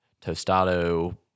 tostado